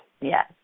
Yes